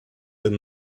than